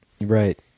Right